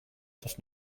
does